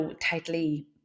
tightly